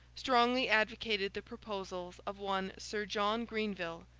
strongly advocated the proposals of one sir john greenville,